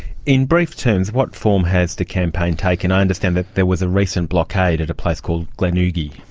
in brief terms, what form has the campaign taken? i understand that there was a recent blockade at a place called glenugie.